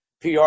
PR